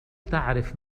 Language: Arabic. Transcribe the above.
تعرف